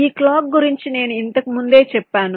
ఈ క్లాక్ గురించి నేను ఇంతకు ముందే చెప్పాను